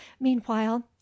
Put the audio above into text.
meanwhile